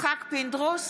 יצחק פינדרוס,